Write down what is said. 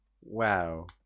wow